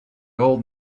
old